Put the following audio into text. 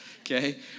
okay